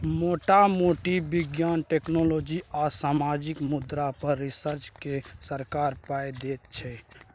मोटा मोटी बिज्ञान, टेक्नोलॉजी आ सामाजिक मुद्दा पर रिसर्च केँ सरकार पाइ दैत छै